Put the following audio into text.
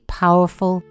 powerful